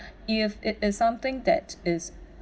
you have it it something that is